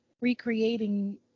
recreating